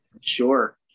Sure